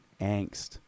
angst